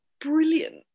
brilliant